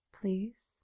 Please